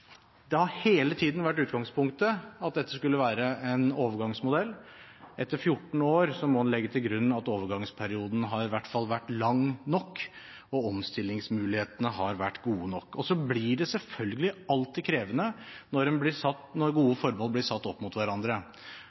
overgangsmodell. Etter 14 år må en legge til grunn at overgangsperioden i hvert fall har vært lang nok, og omstillingsmulighetene har vært gode nok. Så blir det selvfølgelig alltid krevende når gode formål blir satt opp mot hverandre.